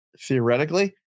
Theoretically